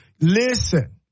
Listen